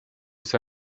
ça